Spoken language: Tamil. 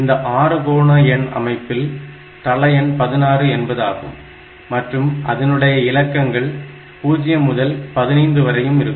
இந்த அறுகோண எண் அமைப்பில் தள எண் 16 என்பதாகவும் மற்றும் அதனுடைய இலக்கங்கள் 0 முதல் 15 வரையும் இருக்கும்